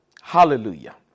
Hallelujah